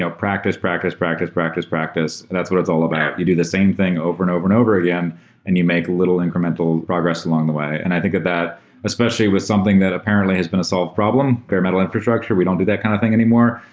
ah practice, practice, practice, practice, practice, and that's what it's all about. you do the same thing over and over and over again and you make little incremental progress along the way. i think that that especially with something that apparently has been a solved problem, bare metal infrastructure, we don't do that kind of thing anymore.